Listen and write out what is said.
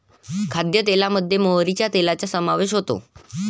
खाद्यतेलामध्ये मोहरीच्या तेलाचा समावेश होतो